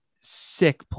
sick